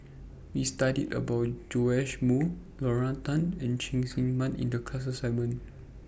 We studied about Joash Moo Lorna Tan and Cheng Tsang Man in The class assignment